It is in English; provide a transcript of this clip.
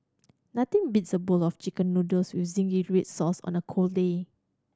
nothing beats a bowl of Chicken Noodles with zingy red sauce on a cold day